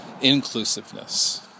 inclusiveness